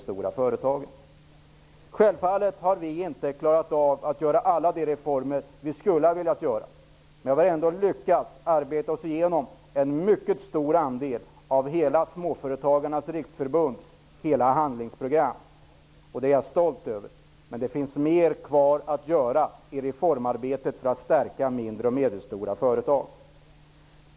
Självfallet har vi inte klarat att genomföra alla de reformer som vi skulle vilja genomföra, men vi har ändå lyckats arbeta oss igenom en mycket stor del av Småföretagarnas riksförbunds handlingsprogram. Det är jag stolt över, men det finns mer kvar att göra i reformarbetet för att stärka mindre och medelstora företag.